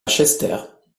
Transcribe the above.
chester